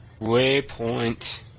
Waypoint